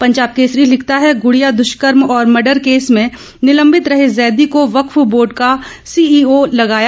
पंजाब केसरी लिखता है गुड़िया दुष्कर्म और मर्डर केस में निलंबित रहे जैदी को वक्फ बोर्ड का सीईओ लगाया